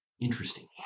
Interesting